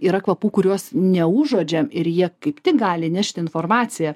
yra kvapų kuriuos neužuodžiam ir jie kaip tik gali nešti informaciją